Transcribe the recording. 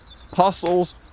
hustles